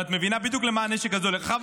אבל את מבינה בדיוק למה הנשק הזה הולך.